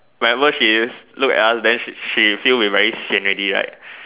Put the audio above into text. whenever she look at us then she she feel we very sian already right